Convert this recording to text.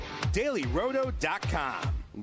DailyRoto.com